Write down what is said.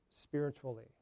spiritually